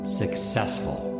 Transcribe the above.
successful